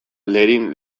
lerin